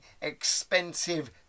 expensive